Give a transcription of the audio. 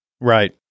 Right